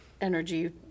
energy